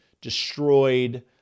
destroyed